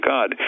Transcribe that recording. God